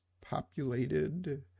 populated